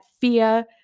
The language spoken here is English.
fear